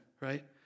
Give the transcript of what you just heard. Right